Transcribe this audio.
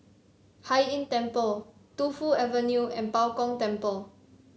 Hai Inn Temple Tu Fu Avenue and Bao Gong Temple